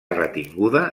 retinguda